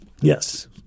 Yes